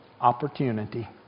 opportunity